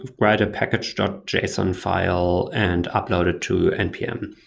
ah write a package ah json file and upload it to npm.